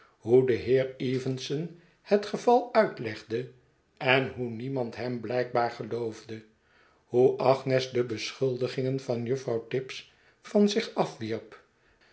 hoe de heer evenson het geval uitlegde en hoe niemand hem blijkbaar geloofde hoe agnes de beschuldigingen van juffrouw tibbs van zichafwierp